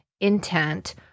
intent